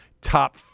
top